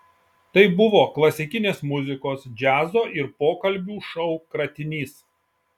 tai buvo klasikinės muzikos džiazo ir pokalbių šou kratinys